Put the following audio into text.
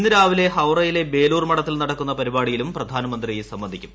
ഇന്ന് രാവ്ലെ ഹൌറയിലെ ബേലൂർ മഠത്തിൽ നടക്കുന്ന പരിപാടിയിലും പ്രധാനമന്ത്രി സംബന്ധിക്കും